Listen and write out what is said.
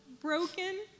broken